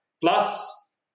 Plus